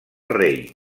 rei